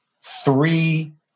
three